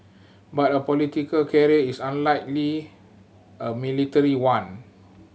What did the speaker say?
but a political career is unlike a military one